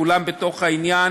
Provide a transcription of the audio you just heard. כולם בתוך העניין